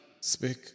Speak